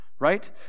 Right